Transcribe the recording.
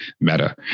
meta